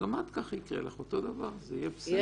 גם לך יקרה ככה, אותו דבר, יהיה בסדר.